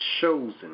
chosen